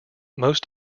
most